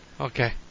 Okay